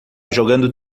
jogando